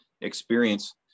experience